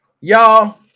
Y'all